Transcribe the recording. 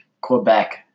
Quebec